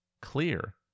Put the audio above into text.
clear